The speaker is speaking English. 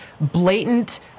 blatant